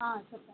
ఆ చెప్పండి